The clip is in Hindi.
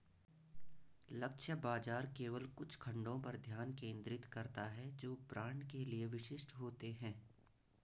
लक्ष्य बाजार केवल कुछ खंडों पर ध्यान केंद्रित करता है जो ब्रांड के लिए विशिष्ट होते हैं